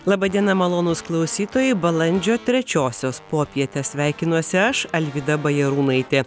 laba diena malonūs klausytojai balandžio trečiosios popietę sveikinuosi aš alvyda bajarūnaitė